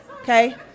okay